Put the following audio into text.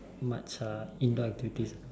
much uh indoor activities